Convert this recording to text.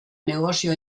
negozio